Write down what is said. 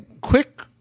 quick